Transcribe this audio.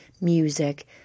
music